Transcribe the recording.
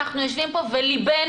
אנחנו יושבים פה וליבנו,